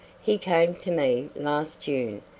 he came to me last june,